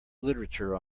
literature